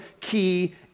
key